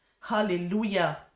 Hallelujah